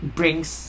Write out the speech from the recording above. brings